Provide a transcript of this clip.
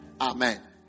amen